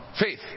Faith